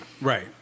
Right